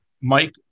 Mike